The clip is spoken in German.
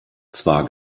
zwar